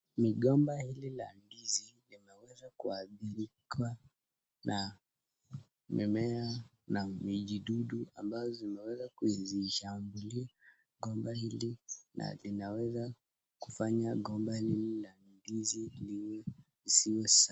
Mgomba hili la ndizi limeweza kuathirika na mimea na vijidudu ambavyo zimeweza kuishambulia mgomba hili na linaweza kufanya mgomba hili la ndizi lisiwe sawa.